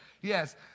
Yes